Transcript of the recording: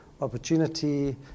opportunity